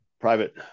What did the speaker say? private